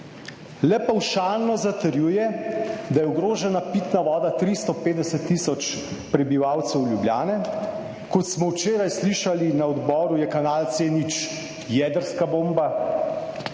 Le pavšalno zatrjuje, da je ogrožena pitna voda 350 tisoč prebivalcev Ljubljane. Kot smo včeraj slišali na odboru, je kanal C0 jedrska bomba,